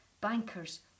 bankers